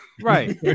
Right